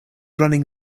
running